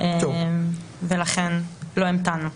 ו לכן לא המתנו.